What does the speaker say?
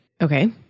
Okay